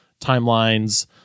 timelines